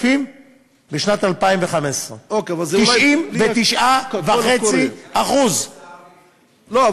מהכספים בשנת 2015. 99.5%. לא,